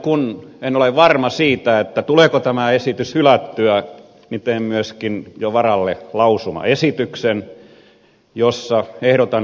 kun en ole varma siitä tuleeko tämä esitys hylättyä niin teen myöskin jo varalle lausumaesityksen jossa ehdotan